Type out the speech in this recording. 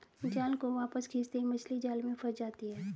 जाल को वापस खींचते ही मछली जाल में फंस जाती है